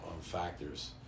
factors